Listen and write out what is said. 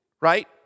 right